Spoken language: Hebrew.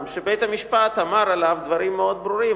שבית-המשפט אמר עליו דברים מאוד ברורים,